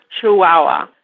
Chihuahua